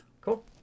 Cool